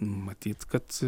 matyt kad